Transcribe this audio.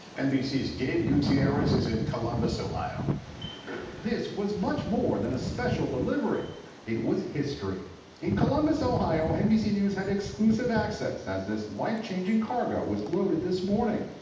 nbc's gabe gutierrez is in columbus, ohio. reporter this was much more than a special delivery it was history in columbus, ohio, nbc news had exclusive access as this lifechanging cargo was loaded this morning.